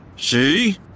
See